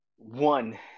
One